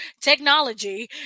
technology